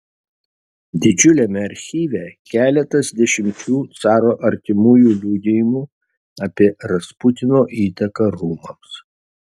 didžiuliame archyve keletas dešimčių caro artimųjų liudijimų apie rasputino įtaką rūmams